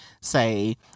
say